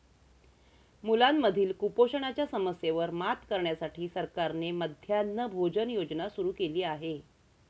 मुलांमधील कुपोषणाच्या समस्येवर मात करण्यासाठी सरकारने मध्यान्ह भोजन योजना सुरू केली आहे